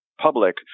public